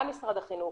גם משרד החינוך,